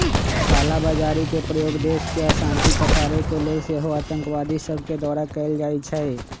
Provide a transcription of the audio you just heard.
कला बजारी के प्रयोग देश में अशांति पसारे के लेल सेहो आतंकवादि सभके द्वारा कएल जाइ छइ